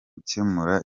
gukemura